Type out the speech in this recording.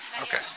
Okay